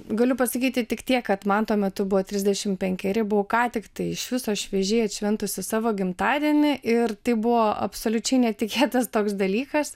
galiu pasakyti tik tiek kad man tuo metu buvo trisdešimt penkeri buvau ką tiktai iš viso šviežiai atšventusi savo gimtadienį ir tai buvo absoliučiai netikėtas toks dalykas